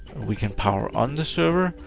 we can power on the server,